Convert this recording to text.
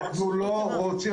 אנחנו לא רוצים,